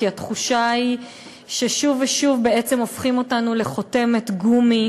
כי התחושה שהיא ששוב ושוב הופכים אותנו לחותמת גומי